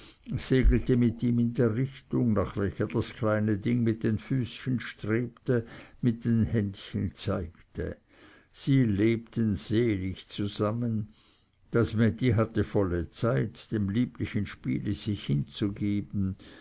mit ihm in der richtung nach welcher das kleine ding mit den füßchen strebte mit den händchen zeigte sie lebten selig zusammen das mädi hatte volle zeit dem lieblichen spiele sich hinzugeben